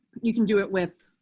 you can do it with